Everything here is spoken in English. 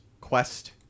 Quest